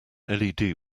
led